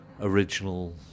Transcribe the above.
original